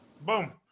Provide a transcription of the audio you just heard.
Boom